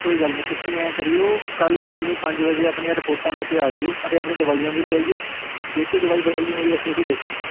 ਕੋਈ ਗੱਲ ਨਹੀਂ ਤੁਸੀਂ ਐਂ ਕਰਿਓ ਕੱਲ੍ਹ ਸ਼ਾਮੀ ਪੰਜ ਵਜੇ ਆਪਣੀਆਂ ਰਿਪੋਰਟਾਂ ਲੈ ਕੇ ਆ ਜਿਓ ਅਤੇ ਆਪਣੀ ਦਵਾਈਆਂ ਵੀ ਲੈ ਆਈਓ ਜੇ ਕੋਈ ਦਵਾਈ ਬਦਲਣੀ ਹੋਈ ਅਸੀਂ ਉਦੋਂ ਦੇਖ ਲਾਂਗੇ